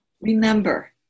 Remember